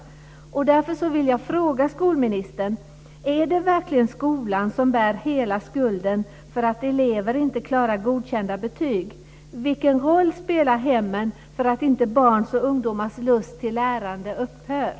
Jag vill därför fråga skolministern: Är det verkligen skolan som bär hela skulden för att elever inte klarar av att få godkända betyg? Vilken roll spelar hemmen för att barns och ungdomars lust till lärande inte ska upphöra?